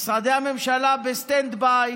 משרדי הממשלה בסטנד ביי,